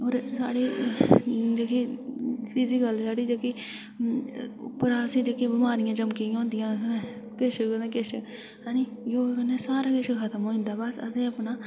होर साढ़े जेह्की फिजिकल साढ़ी जेह्की परासी जेह्की बमारियां झम्मकी होन्दियां किश कदें किश योगै कन्नै सारा किश खत्म होई जंदा बस असें अपना